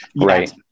right